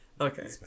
Okay